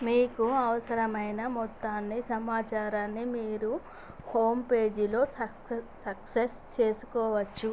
మీకు అవసరమైన మొత్తాన్నీ సమాచారాన్ని మీరు హోమ్ పేజీలో సక్ సక్సస్ చేసుకోవచ్చు